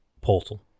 portal